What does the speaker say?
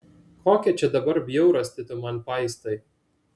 kokią čia dabar bjaurastį tu man paistai